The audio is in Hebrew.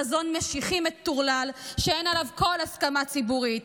חזון משיחי מטורלל שאין עליו כל הסכמה ציבורית?